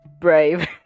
brave